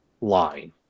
line